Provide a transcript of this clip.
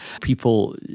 people